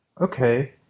Okay